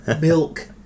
milk